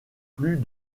plus